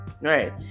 right